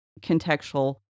contextual